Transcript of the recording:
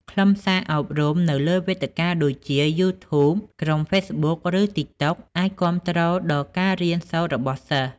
ខ្លឹមសារអប់រំនៅលើវេទិកាដូចជា YouTube ក្រុម Facebook ឬ TikTok អាចគាំទ្រដល់ការរៀនសូត្ររបស់សិស្ស។